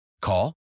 Call